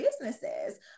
businesses